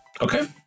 okay